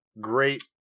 Great